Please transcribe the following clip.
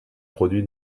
produits